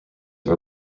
are